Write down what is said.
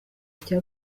cya